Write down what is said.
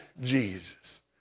Jesus